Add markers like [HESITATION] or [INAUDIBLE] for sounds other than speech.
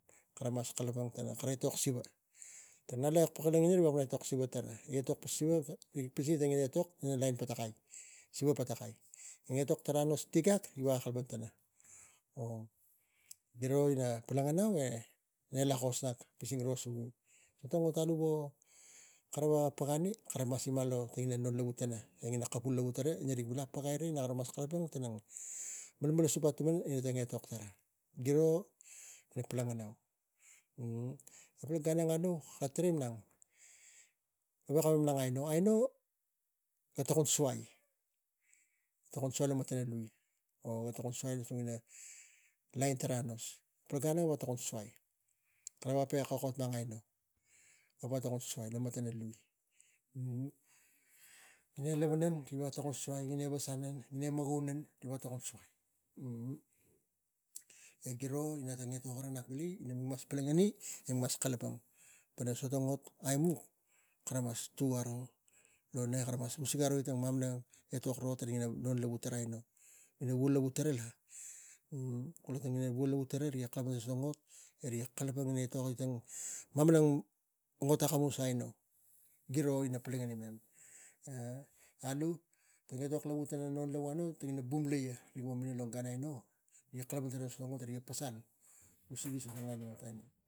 Kara mas kalapang pana kara etok siva tang ngala kek pakik logina riga veko kalapang etok siva tara, rik etok siva, rik pisingi etok ina lain patakai, tang eok tarak anos e tigak riga veko kalapang tana. [HESITATION] Giro ina palangan au e ne lakos nak pising ro sumi tang ot wo nak kara veko paga ani, kara mas ima lo liu ina non lavu tara, tang ina kapul lavu tara, ina rig agai ira tang malmalsup atuman ina tang etok. Giiro, mik polonganau lo [HESITATION] gan nang nak tarai malang rik veko malang lo gan anino ga tokon suai, ga tokon suai lo matana liu, tokon suai lo lain tarak anos. Pal gan ang, kara veko kokot malang aino, ga veko tokan suai lo matana liu. [HESITATION] Ri e leve nan riga veko tokon suai, ri e vasanang riga veko tokon suai, [HESITATION] ri emogounang riga veko tokon suai. E giro ina tang etok nak vili ina mik mas palangani, e mik mas kalapang pana so tang ot aimuk. Kara mas tuk aro lona, kara mas usigi aroi tang mamana etok ro ina kara non lavu tarang aino ina vu lavu tara la, [HESITATION] kula kara vu lavu riga kava so ina ot, e riga kalapang pana tang mamanang ot akamus. [UNINTELLIGIBLE] Giro, ina palangani alu tang etok lavu [HESITATION] alu tang ina wonglaia riga mo minang lo gan aino rik kalapang pana so tang ot ina [NOISE] pasul usigi etok ina siva.